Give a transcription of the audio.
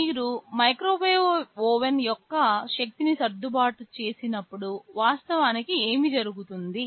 మీరు microwave oven యొక్క శక్తిని సర్దుబాటు చేసినప్పుడు వాస్తవానికి ఏమి జరుగుతుంది